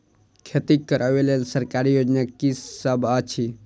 खेती करै लेल सरकारी योजना की सब अछि?